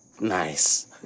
Nice